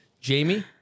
Jamie